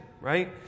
right